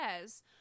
says